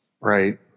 Right